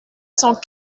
cent